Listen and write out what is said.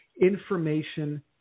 information